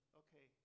okay